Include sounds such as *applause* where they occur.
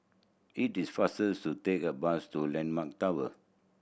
it is faster *unintelligible* to take a bus to Landmark Tower